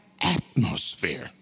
atmosphere